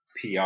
PR